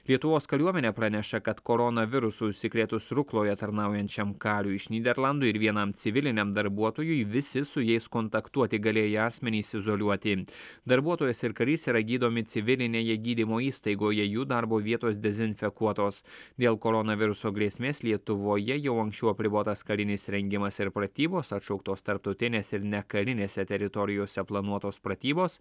lietuvos kariuomenė praneša kad koronavirusu užsikrėtus rukloje tarnaujančiam kariui iš nyderlandų ir vienam civiliniam darbuotojui visi su jais kontaktuoti galėję asmenys izoliuoti darbuotojas ir karys yra gydomi civilinėje gydymo įstaigoje jų darbo vietos dezinfekuotos dėl koronaviruso grėsmės lietuvoje jau anksčiau apribotas karinis rengimas ir pratybos atšauktos tarptautinės ir nekarinėse teritorijose planuotos pratybos